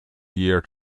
year